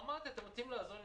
אמרתי, אתם רוצים לעזור?